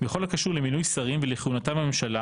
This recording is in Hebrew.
בכל הקשור למינוי שרים ולכהונתם בממשלה